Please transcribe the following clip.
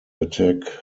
attack